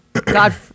God